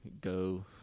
go